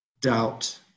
doubt